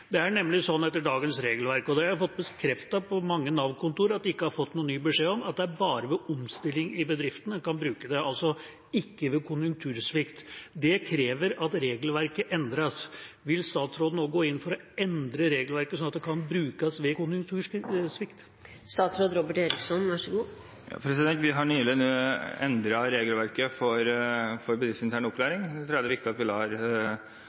er det nemlig slik – og det har jeg fått bekreftet fra mange Nav-kontorer at de ikke har fått noen ny beskjed om – at det bare er ved omstilling i bedriftene en kan bruke det, og ikke ved konjunktursvikt; det krever at regelverket endres. Vil statsråden nå gå inn for å endre regelverket, slik at det kan brukes ved konjunktursvikt? Vi har nå nylig endret regelverket for bedriftsintern opplæring, og da tror jeg det er viktig at vi lar det få lov til å virke, slik at vi får se hvilke effekter det har,